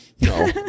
no